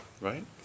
right